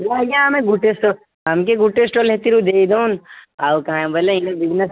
ମୁଁ ଆଜ୍ଞା ଆମେ ଗୋଟେ ହେମିତି ଷ୍ଟଲ୍ ଗୋଟେ ଷ୍ଟଲ୍ ହେତିରୁ ଦେଇ ଦେଉନ୍ ଆଁ କାଁ ବଲେ